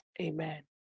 amen